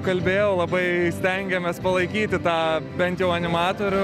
kalbėjau labai stengiamės palaikyti tą bent jau animatorių